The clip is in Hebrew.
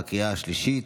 בקריאה השלישית,